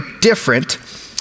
different